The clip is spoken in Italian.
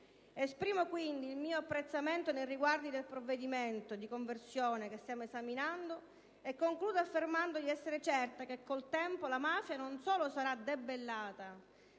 Esprimo quindi il mio apprezzamento nei riguardi del disegno di legge di conversione che stiamo esaminando e concludo affermando di essere certa che, col tempo, la mafia non solo sarà debellata